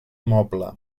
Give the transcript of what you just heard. moble